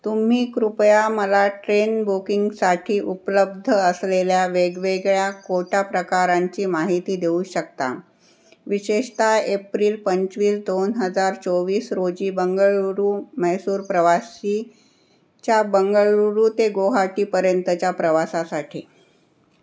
तुम्ही कृपया मला ट्रेन बुकिंगसाठी उपलब्ध असलेल्या वेगवेगळ्या कोटा प्रकारांची माहिती देऊ शकता विशेषतः एप्रिल पंचवीस दोन हजार चोवीस रोजी बंगळूरू मैसूर प्रवासीच्या बंगळुरू ते गुवाहाटीपर्यंतच्या प्रवासासाठी